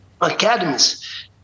academies